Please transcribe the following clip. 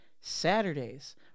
Saturdays